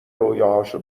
رویاهاشو